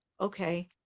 okay